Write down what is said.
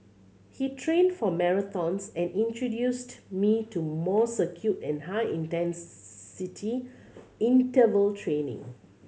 he trained for marathons and introduced me to more circuit and high intensity interval training